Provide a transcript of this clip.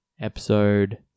episode